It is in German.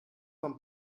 vom